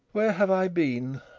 where have i been?